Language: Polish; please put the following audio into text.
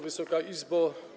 Wysoka Izbo!